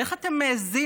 ואיך אתם מעיזים,